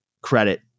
credit